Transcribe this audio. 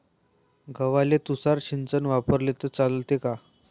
गव्हाले तुषार सिंचन वापरले तर चालते का?